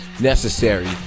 necessary